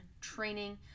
training